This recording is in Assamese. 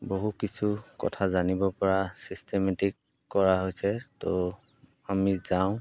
বহু কিছু কথা জানিব পৰা ছিষ্টেমেটিক কৰা হৈছে ত' আমি যাওঁ